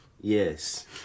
Yes